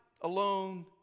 alone